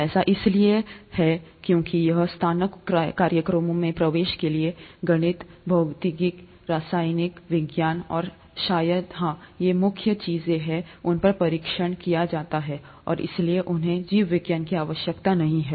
ऐसा इसलिए है क्योंकि यहां स्नातक कार्यक्रमों में प्रवेश के लिए उन पर परीक्षण किया जाता है गणित भौतिकी रसायन विज्ञान और शायद हाँ ये मुख्य चीजें हैं जो परीक्षण की जाती हैं और इसलिए उन्हें जीव विज्ञान की आवश्यकता नहीं है